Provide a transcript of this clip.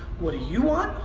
what do you want,